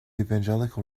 evangelical